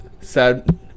sad